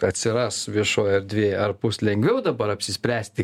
atsiras viešoj erdvėj ar bus lengviau dabar apsispręsti